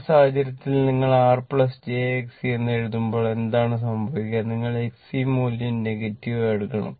ആ സാഹചര്യത്തിൽ നിങ്ങൾ R j Xc എന്ന് എഴുതുമ്പോൾ എന്താണ് സംഭവിക്കുക നിങ്ങൾ Xc മൂല്യം നെഗറ്റീവ് ആയി എടുക്കണം